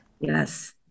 Yes